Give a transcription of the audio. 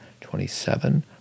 twenty-seven